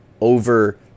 over